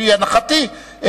לפי הנחתי,